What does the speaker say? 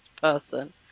person